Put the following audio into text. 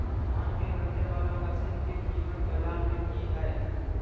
धान के कटे बाला मसीन के कीमत बाजार में की हाय?